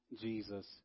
Jesus